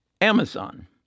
Amazon